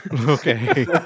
Okay